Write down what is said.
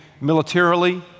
militarily